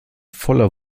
voller